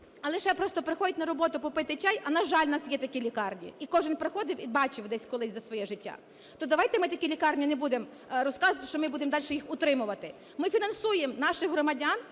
а лише просто приходять на роботу попити чай, а на жаль, у нас є такі лікарні, і кожен приходив і бачив десь колись за своє життя, – то давайте ми такі лікарні, не будемо розказувати, що ми будемо далі їх утримувати. Ми фінансуємо нашим громадянам